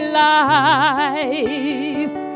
life